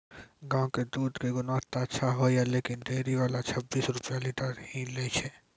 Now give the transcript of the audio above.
गांव के दूध के गुणवत्ता अच्छा होय या लेकिन डेयरी वाला छब्बीस रुपिया लीटर ही लेय छै?